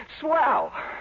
Swell